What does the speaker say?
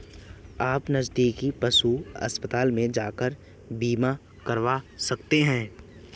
आप नज़दीकी पशु अस्पताल में जाकर बीमा करवा सकते है